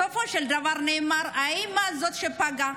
בסופו של דבר נאמר: האימא היא שפגעה,